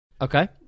Okay